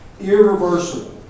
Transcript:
irreversible